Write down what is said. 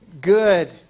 good